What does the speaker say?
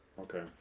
Okay